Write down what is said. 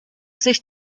sich